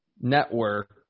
Network